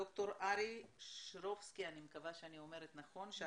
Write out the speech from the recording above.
ד"ר ארי שרובסקי שעלה מארגנטינה.